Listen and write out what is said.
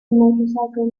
motorcycle